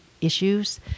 issues